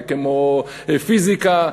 זה כמו פיזיקה,